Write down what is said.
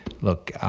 look